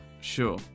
Sure